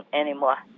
anymore